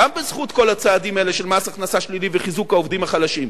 גם בזכות כל הצעדים האלה של מס הכנסה שלילי וחיזוק העובדים החלשים,